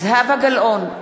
זהבה גלאון,